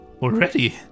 already